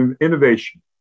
Innovation